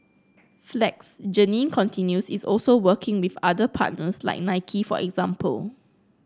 flex Jeannine continues is also working with other partners like Nike for example